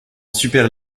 super